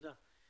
תודה.